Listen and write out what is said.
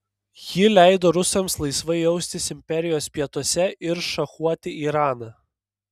ji leido rusams laisvai jaustis imperijos pietuose ir šachuoti iraną